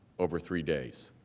over three days.